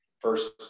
first